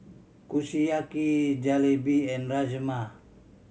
Kushiyaki Jalebi and Rajma